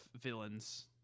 villains